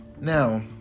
Now